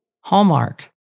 Hallmark